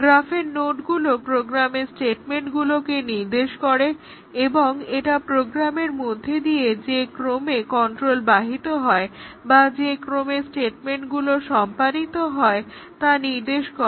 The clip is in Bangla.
গ্রাফের নোডগুলো প্রোগ্রামের স্টেটমেন্টগুলোকে নির্দেশ করে এবং এটা প্রোগ্রামের মধ্যে দিয়ে যে ক্রমে কন্ট্রোল বাহিত হয় বা যে ক্রমে স্টেটমেন্টগুলো সম্পাদিত হয় তা নির্দেশ করে